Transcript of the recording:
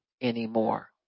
anymore